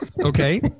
Okay